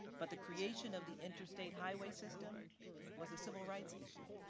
but the creation of the interstate highway system was a civil rights issue.